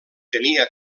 tenia